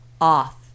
off